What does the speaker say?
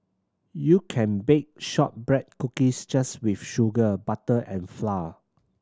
you can bake shortbread cookies just with sugar butter and flour